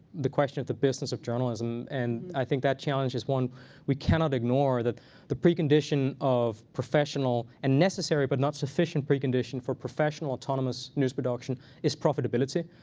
the question of the business of journalism. and i think that challenge is one we cannot ignore. the precondition of professional and necessary but not sufficient precondition for professional autonomous news production is profitability.